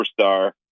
superstar